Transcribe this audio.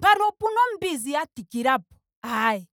mpano opuna ombinzi ya tikilapo. aee